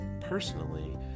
personally